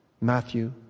Matthew